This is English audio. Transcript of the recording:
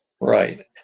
Right